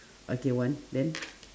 okay one then